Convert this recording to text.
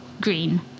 green